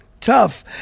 Tough